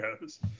goes